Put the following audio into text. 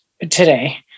today